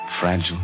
fragile